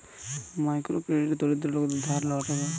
micro credit দরিদ্র লোকদের ধার লেওয়া টাকা